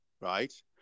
right